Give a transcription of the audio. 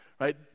right